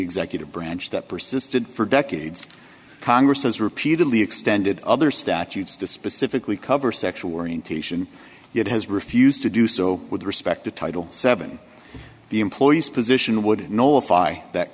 executive branch that persisted for decades congress has repeatedly extended other statutes to specifically cover sexual orientation it has refused to do so with respect to title seven the employee's position would know if i that